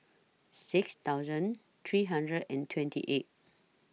six thousand three hundred and twenty eight